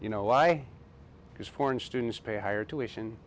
you know why because foreign students pay higher tuition